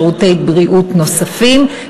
שירותי בריאות נוספים,